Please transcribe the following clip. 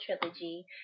trilogy